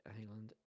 Island